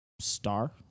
star